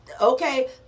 okay